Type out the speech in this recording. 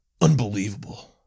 Unbelievable